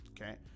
okay